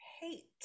hate